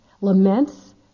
laments